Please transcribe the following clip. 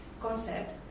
concept